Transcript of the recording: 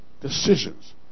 decisions